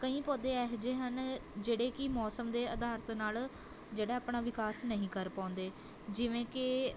ਕਈ ਪੌਦੇ ਇਹੋ ਜਿਹੇ ਹਨ ਜਿਹੜੇ ਕਿ ਮੌਸਮ ਦੇ ਅਧਾਰਤ ਨਾਲ ਜਿਹੜਾ ਆਪਣਾ ਵਿਕਾਸ ਨਹੀਂ ਕਰ ਪਾਉਂਦੇ ਜਿਵੇਂ ਕਿ